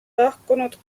lahkunud